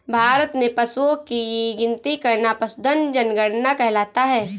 भारत में पशुओं की गिनती करना पशुधन जनगणना कहलाता है